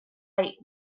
spite